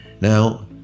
Now